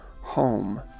Home